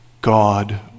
God